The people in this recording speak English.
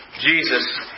Jesus